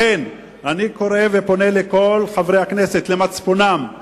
לכן אני קורא ופונה אל כל חברי הכנסת, אל מצפונם: